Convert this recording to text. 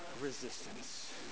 resistance